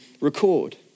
record